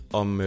om